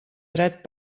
dret